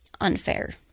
unfair